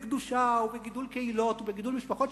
בקדושה ובגידול קהילות ובגידול משפחות,